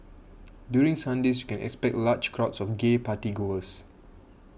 during Sundays you can expect large crowds of gay party goers